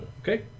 Okay